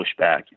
pushback